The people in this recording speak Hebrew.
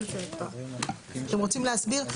אתם רוצים להסביר?